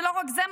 ולא רק זה,